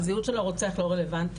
הזהות של הרוצח לא רלוונטית,